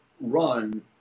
run